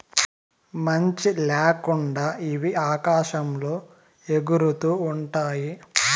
మంచి ల్యాకుండా ఇవి ఆకాశంలో ఎగురుతూ ఉంటాయి